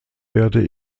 werde